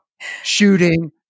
shooting